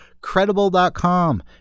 Credible.com